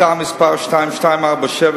הצעה מס' 2247,